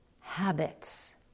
habits